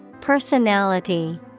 Personality